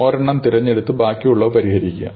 ഒരെണ്ണം തിരഞ്ഞെടുത്ത് ബാക്കിയുള്ളവ പരിഹരിക്കുക